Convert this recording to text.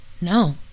No